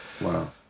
Wow